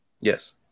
Yes